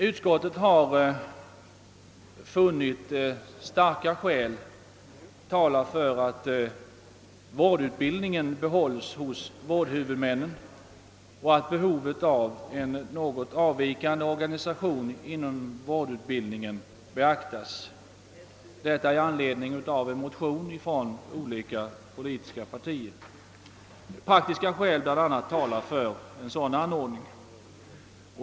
Utskottet har funnit starka skäl tala för att vårdutbildningen behålles hos vårdhuvudmännen och att behovet av en något avvikande organisation inom vårdutbildningen beaktas; detta uttalas i anledning av en motion från ledamöter av olika politiska partier. Praktiska skäl talar bl.a. för en sådan anordning.